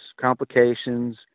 complications